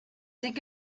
think